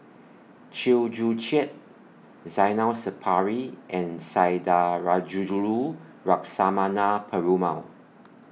Chew Joo Chiat Zainal Sapari and Sundarajulu Lakshmana Perumal